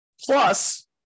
Plus